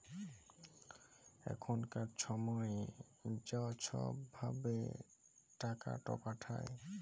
এখলকার ছময়ে য ছব ভাবে টাকাট পাঠায়